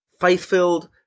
faith-filled